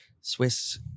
Swiss